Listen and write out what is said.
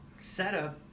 Setup